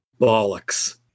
bollocks